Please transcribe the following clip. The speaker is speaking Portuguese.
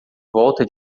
volta